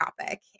topic